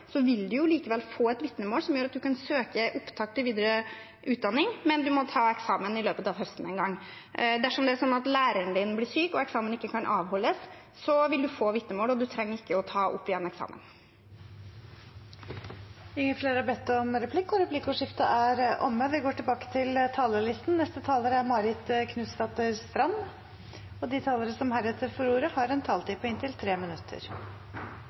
vil man likevel få et vitnemål som gjør at man kan søke opptak til videre utdanning, men man må ta eksamen i løpet av høsten. Dersom læreren blir syk og eksamen ikke kan avholdes, vil man få vitnemål og trenger ikke å ta opp igjen eksamen. Replikkordskiftet er omme. De talere som heretter får ordet, har også en taletid på inntil 3 minutter. Det har vært mange gode innlegg, og Senterpartiet deler bekymringen til forslagsstillerne for konsekvenser for elever som får mangelfullt læringsutbytte og høyt fravær som følge av koronasituasjonen. Elever har enkelte plasser knapt vært på